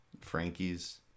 Frankie's